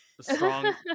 strong